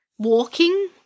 Walking